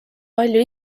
palju